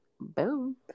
Boom